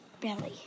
belly